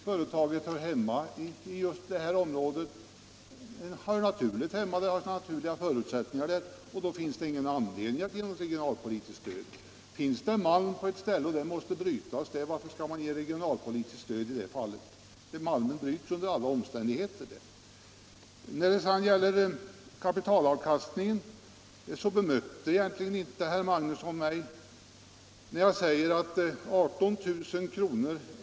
Företaget har naturliga förutsättningar att verka i just det här området, och då finns det ingen anledning att ge något regionalpolitiskt stöd. Om det finns malm på en plats och den alltså måste brytas där, varför skall man då ge ett regionalpolitiskt stöd? Malmen bryts där under alla omständigheter. När det gäller kapitalavkastningen bemötte mig egentligen inte herr Magnusson i Borås. Jag sade att 18 000 kr.